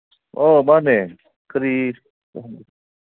ꯑꯣ ꯃꯥꯅꯦ ꯀꯔꯤ